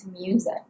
music